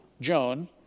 Joan